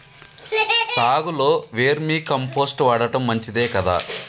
సాగులో vermi compost వాడటం మంచిదే కదా?